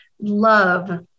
love